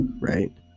right